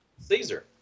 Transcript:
Caesar